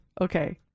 Okay